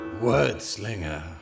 wordslinger